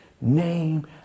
name